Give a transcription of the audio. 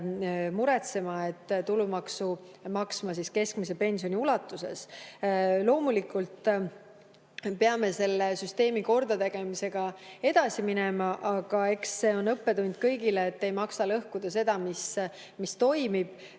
muretsema ega maksma tulumaksu keskmise pensioni ulatuses. Loomulikult me peame selle süsteemi kordategemisega edasi minema, aga eks see on õppetund kõigile, et ei maksa lõhkuda seda, mis toimib,